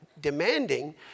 demanding